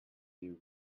you